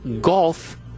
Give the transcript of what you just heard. golf